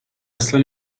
اصلا